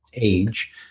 age